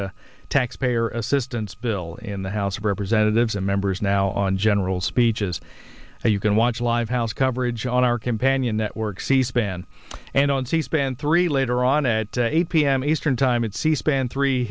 taxpayer assistance bill in the house of representatives and members now on general speeches and you can watch live house coverage on our companion network c span and on c span three later on at eight p m eastern time and c span three